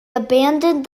abandoned